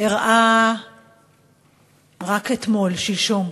אירעה רק אתמול, שלשום,